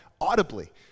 audibly